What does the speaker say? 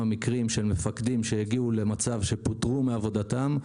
מקרים של מפקדים שהגיעו למצב שפוטרו מעבודתם,